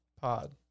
Pod